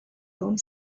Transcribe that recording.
home